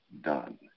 done